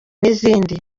n’izindi